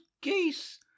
geese